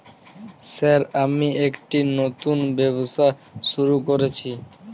Sir আমি একটি নতুন ব্যবসা শুরু করেছি?